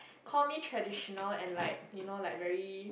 call me traditional and like you know like very